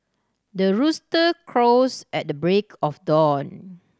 the rooster crows at break of dawn